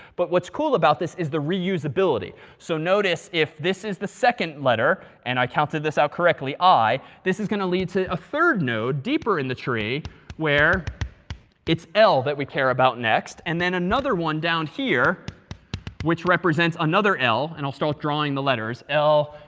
but what's cool about this is the yeah re-usability. so notice if this is the second letter and i counted this out correctly, i, this is going to lead to a third node deeper in the tree where it's l that we care about next, and then another one down here which represents another l. and i'll start drawing the letters. l.